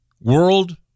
world